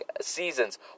seasons